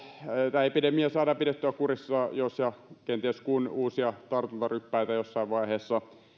että epidemia saadaan pidettyä kurissa jos ja kenties kun uusia tartuntaryppäitä jossain vaiheessa